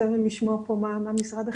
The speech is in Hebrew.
חסר לי לשמוע פה מה משרד החינוך אומר.